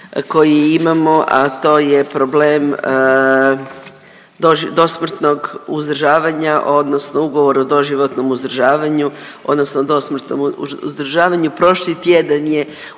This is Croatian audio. koji imamo, a to je problem dosmrtnog uzdržavanja, odnosno ugovor o doživotnom uzdržavanju, odnosno dosmrtnom uzdržavanju. Prošli tjedan je u